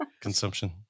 Consumption